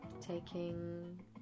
taking